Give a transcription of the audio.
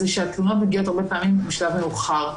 זה שהתלונות מגיעות הרבה פעמים שבשלב מאוחר,